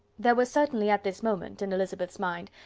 there was certainly at this moment, in elizabeth's mind,